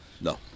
No